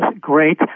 great